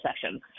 session